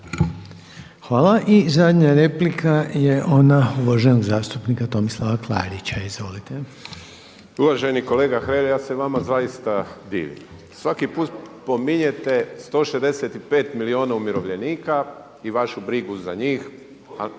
Hvala. I zadnja replika je ona uvaženog zastupnika Tomislava Klarića. Izvolite. **Klarić, Tomislav (HDZ)** Uvaženi kolega Hrelja, ja se vama zaista divim. Svaki put pominjete 165 milijuna umirovljenika i vašu brigu za njih.